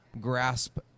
grasp